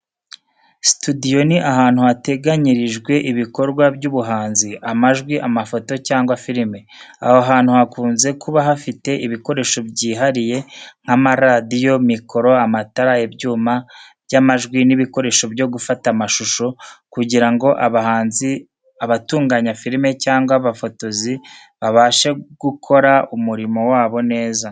Situdiyo ni ahantu hateganyirijwe ibikorwa by’ubuhanzi, amajwi, amafoto cyangwa filime. Aho hantu hakunze kuba hafite ibikoresho byihariye nk’amaradiyo, mikoro, amatara, ibyuma by’amajwi n’ibikoresho byo gufata amashusho, kugira ngo abahanzi, abatunganya filime cyangwa abafotozi babashe gukora umurimo wabo neza.